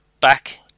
back